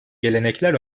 gelenekler